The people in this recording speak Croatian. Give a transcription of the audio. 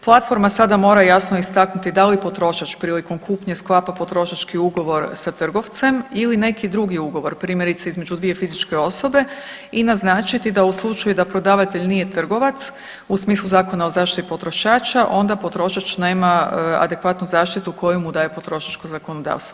Platforma sada mora jasno istaknuti da li potrošač prilikom kupnje sklapa potrošački ugovor sa trgovcem ili neki drugi ugovor primjerice između dvije fizičke osobe i naznačiti da u slučaju da prodavatelj nije trgovac u smislu Zakona o zaštiti potrošača onda potrošač nema adekvatnu zaštitu koju mu daje potrošačko zakonodavstvo.